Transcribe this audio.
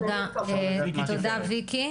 תודה, ויקי.